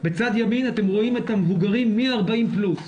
בצד ימין אתם רואים את המבוגרים מ-40 פלוס.